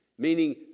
meaning